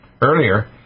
earlier